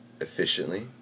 efficiently